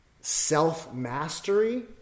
self-mastery